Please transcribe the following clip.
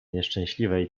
nieszczęśliwej